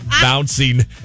bouncing